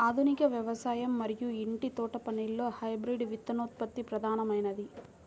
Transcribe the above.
ఆధునిక వ్యవసాయం మరియు ఇంటి తోటపనిలో హైబ్రిడ్ విత్తనోత్పత్తి ప్రధానమైనది